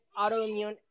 autoimmune